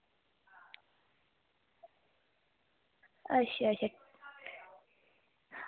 अच्छा अच्छा